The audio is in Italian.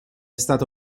stata